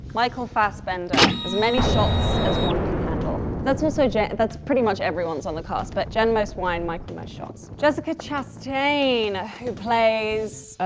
michael fassbender. as many shots as one can handle. that's also jen that's pretty much everyone's on the cast, but jen, most wine. michael, most shots. jessica chastain, who plays,